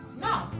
No